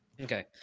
Okay